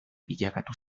bilakatu